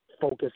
focus